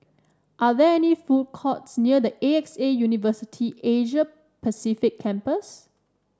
are there food courts or restaurants near A X A University Asia Pacific Campus